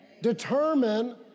Determine